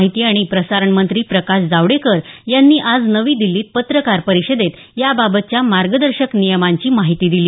माहिती आणि प्रसारणमंत्री प्रकाश जावडेकर यांनी आज नवी दिल्लीत पत्रकार परिषदेत याबाबतच्या मार्गदर्शक नियमांची माहिती दिली